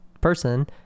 person